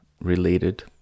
related